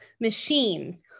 machines